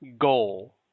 goal